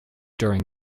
during